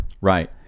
Right